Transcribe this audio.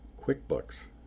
QuickBooks